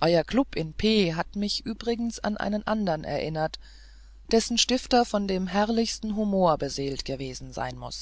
euer klub in p hat mich übrigens an einen andern erinnert dessen stifter von dem herrlichsten humor beseelt gewesen sein muß